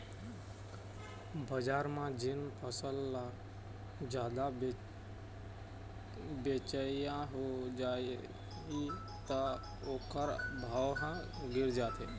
बजार म जेन फसल ल जादा बेचइया हो जाही त ओखर भाव ह गिर जाथे